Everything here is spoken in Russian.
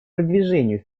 продвижению